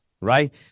right